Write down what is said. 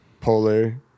Polar